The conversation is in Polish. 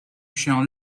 się